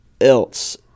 else